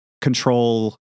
control